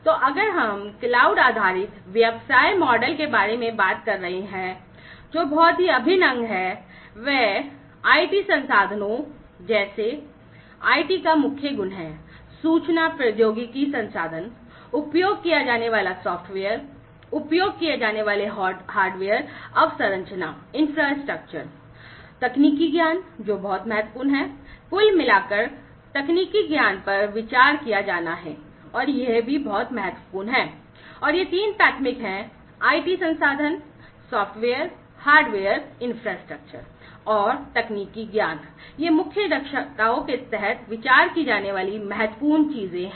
तो अगर हम क्लाउड आधारित व्यवसाय मॉडल के बारे में बात कर रहे हैं जो बहुत ही अभिन्न अंग है वह आईटी संसाधनों जैसे आईटी का मुख्य गुण है सूचना प्रौद्योगिकी संसाधन उपयोग किया जाने वाला सॉफ्टवेयर उपयोग किए जाने वाले हार्डवेयर अवसंरचना और तकनीकी ज्ञान ये मुख्य दक्षताओं के तहत विचार की जाने वाली महत्वपूर्ण चीजें हैं